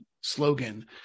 slogan